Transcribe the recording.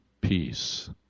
peace